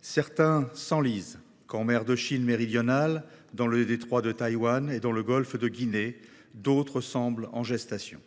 certains s’enlisent ; que, en mer de Chine méridionale, dans le détroit de Taïwan ou dans le golfe de Guinée, d’autres semblent en gestation.